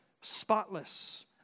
spotless